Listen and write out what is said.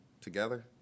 together